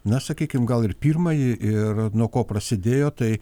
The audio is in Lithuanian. na sakykim gal ir pirmąjį ir nuo ko prasidėjo tai